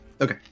Okay